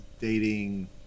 dating